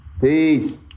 Peace